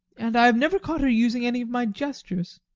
and i have never caught her using any of my gestures.